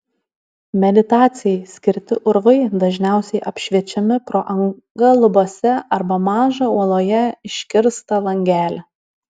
meditacijai skirti urvai dažniausiai apšviečiami pro angą lubose arba mažą uoloje iškirstą langelį